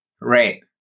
Right